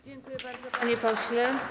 Dziękuję bardzo, panie pośle.